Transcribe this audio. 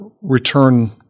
return